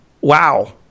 Wow